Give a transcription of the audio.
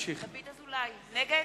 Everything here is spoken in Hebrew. (קוראת בשמות חברי הכנסת) דוד אזולאי, נגד